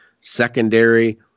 secondary